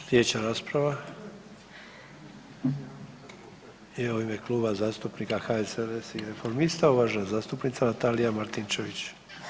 Sljedeća rasprava je u ime Kluba zastupnika HSLS-a i Reformista uvažena zastupnica Natalije Martinčević.